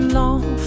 long